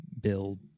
build